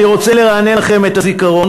אני רוצה לרענן לכם את הזיכרון,